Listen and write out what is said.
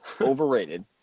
overrated